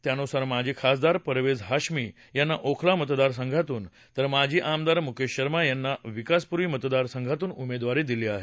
त्यानुसार माजी खासदार परवेझ हाशमी यांना ओखला मतदारसंघातून तर माजी आमदार मुकेश शर्मा यांना विकासपुरी मतदारसंघातून उमेदवारी दिली आहे